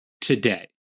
today